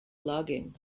logging